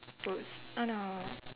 !oops! oh no